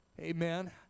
Amen